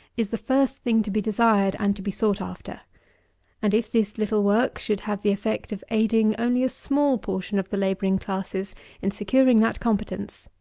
is the first thing to be desired and to be sought after and, if this little work should have the effect of aiding only a small portion of the labouring classes in securing that competence,